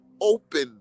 open